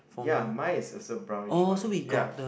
ya mine is also brownish orange ya